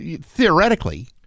theoretically